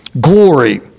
glory